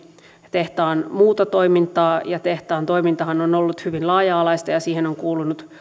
tehtaan muuta toimintaa tehtaan toimintahan on ollut hyvin laaja alaista ja siihen on kuulunut